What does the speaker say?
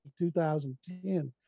2010 –